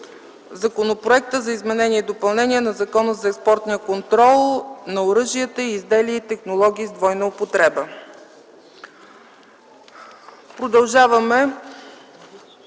Законопроекта за изменение и допълнение на Закона за експортния контрол на оръжия, изделия и технологии с двойна употреба. Продължаваме